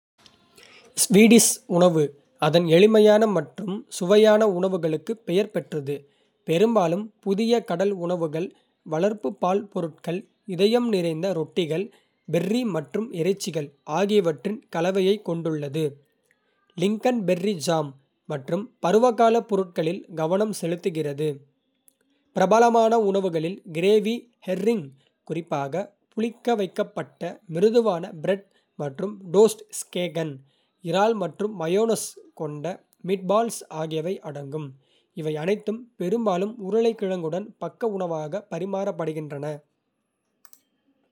ஸ்வீடிஷ் உணவு அதன் எளிமையான மற்றும் சுவையான உணவுகளுக்கு பெயர் பெற்றது, பெரும்பாலும் புதிய கடல் உணவுகள், வளர்ப்பு பால் பொருட்கள். இதயம் நிறைந்த ரொட்டிகள், பெர்ரி மற்றும் இறைச்சிகள் ஆகியவற்றின் கலவையைக் கொண்டுள்ளது, லிங்கன்பெர்ரி ஜாம் மற்றும் பருவகால பொருட்களில் கவனம் செலுத்துகிறது. பிரபலமான உணவுகளில் கிரேவி, ஹெர்ரிங் குறிப்பாக புளிக்கவைக்கப்பட்ட, மிருதுவான பிரெட் மற்றும் டோஸ்ட் ஸ்கேகன் இறால் மற்றும் மயோனைஸ் கொண்ட மீட்பால்ஸ் ஆகியவை அடங்கும், இவை அனைத்தும் பெரும்பாலும். உருளைக்கிழங்குடன் பக்க உணவாக பரிமாறப்படுகின்றன.